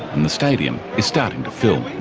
and the stadium is starting to fill.